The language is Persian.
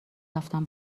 رفتن